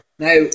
Now